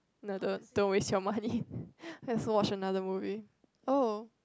no don't don't waste your money let's watch another movie oh